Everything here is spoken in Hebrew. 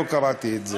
לא קראתי את זה.